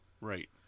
Right